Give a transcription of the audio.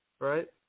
right